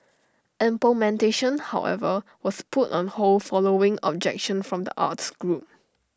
implementation however was put on hold following objection from the arts groups